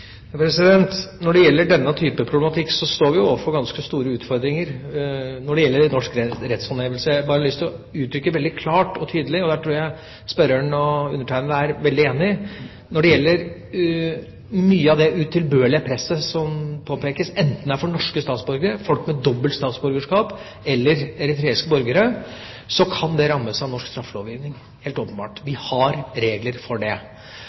Når det gjelder denne typen problematikk, står vi overfor ganske store utfordringer når det gjelder norsk rettshåndhevelse. Jeg har bare lyst til å uttrykke veldig klart og tydelig – der tror jeg spørreren og jeg er veldig enige – at når det gjelder mye av det utilbørlige presset som påpekes, enten det er overfor norske statsborgere, folk med dobbelt statsborgerskap eller eritreiske borgere, kan det rammes av norsk straffelovgivning – helt åpenbart. Vi har regler for det.